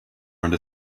under